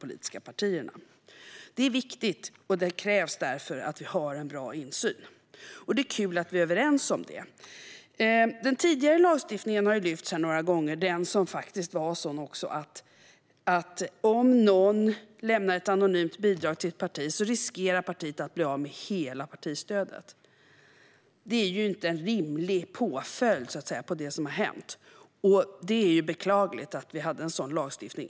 Detta är viktigt, och därför krävs det att vi har en bra insyn. Det är kul att vi är överens om det. Den tidigare lagstiftningen har tagits upp några gånger. Den innebar att ett parti riskerade att bli av med hela partistödet om någon lämnade ett anonymt bidrag till partiet. Det är inte en rimlig påföljd för det som har hänt, och det är beklagligt att vi hade en sådan lagstiftning.